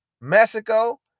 Mexico